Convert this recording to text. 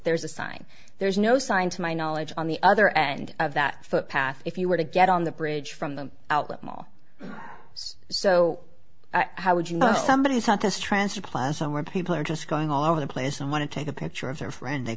there's a sign there's no sign to my knowledge on the other end of that footpath if you were to get on the bridge from the outlet mall so how would you know somebody is not this transfer plaza where people are just going all over the place and want to take a picture of their friend they